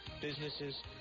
businesses